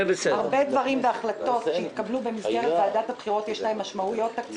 להרבה דברים בהחלטות שהתקבלו במסגרת ועדת הבחירות יש משמעויות תקציביות